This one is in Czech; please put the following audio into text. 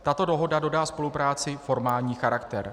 Tato dohoda dodá spolupráci formální charakter.